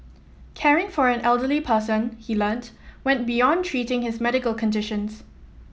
caring for an elderly person he learnt went beyond treating his medical conditions